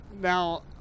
now